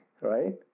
right